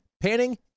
panning